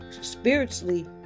spiritually